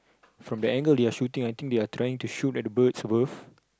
from the angle they are shooting I think they are trying to shoot at the birds above